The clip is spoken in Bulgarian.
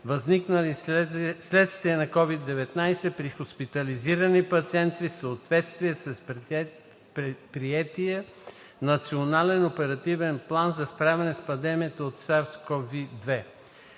възникнали вследствие на COVID-19, при хоспитализирани пациенти в съответствие с приетия Национален оперативен план за справяне с пандемията от SARS-CoV-2,